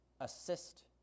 assist